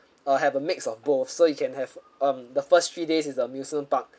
uh have a mix of both so you can have um the first three days is the amusement park